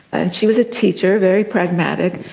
and she was a teacher, very pragmatic,